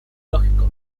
lógico